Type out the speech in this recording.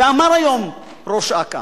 אמר היום ראש אכ"א,